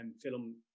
film